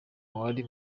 wari